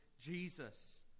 Jesus